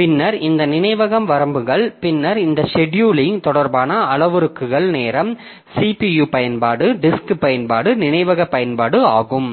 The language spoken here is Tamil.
பின்னர் இந்த நினைவகம் வரம்புகள் பின்னர் இந்த செடியூலிங் தொடர்பான அளவுருக்கள் நேரம் CPU பயன்பாடு டிஸ்க் பயன்பாடு நினைவக பயன்பாடு ஆகும்